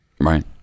right